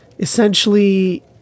Essentially